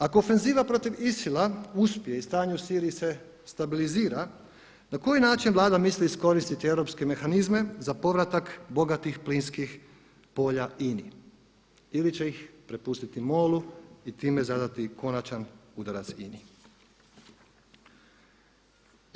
Ako ofenziva protiv ISIL-a uspije i stanje u Siriji se stabilizira, na koji način Vlada misli iskoristiti europske mehanizme za povratak bogatih plinskih polja INA-i ili će ih prepustiti MOL-u i time zadati konačan udarac INA-i.